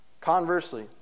Conversely